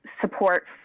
support